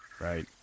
Right